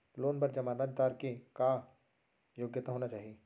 Loan बर जमानतदार के का योग्यता होना चाही?